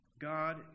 God